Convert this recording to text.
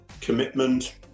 commitment